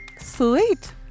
Sweet